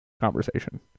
conversation